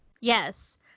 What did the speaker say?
Yes